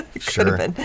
Sure